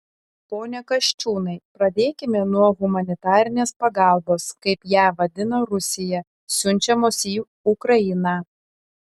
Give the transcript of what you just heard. pone kasčiūnai pradėkime nuo humanitarinės pagalbos kaip ją vadina rusija siunčiamos į ukrainą